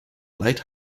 light